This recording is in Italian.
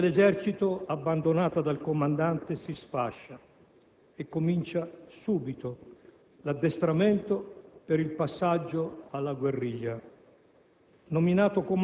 La guarnigione dell'esercito, abbandonata dal comandante, si sfascia; comincia subito l'addestramento per il passaggio alla guerriglia.